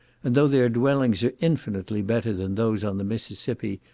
and though their dwellings are infinitely better than those on the mississippi,